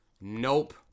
Nope